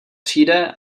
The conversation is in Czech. přijde